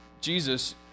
Jesus